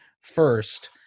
First